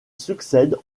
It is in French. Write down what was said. succède